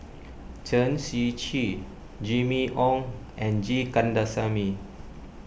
Chen Shiji Jimmy Ong and G Kandasamy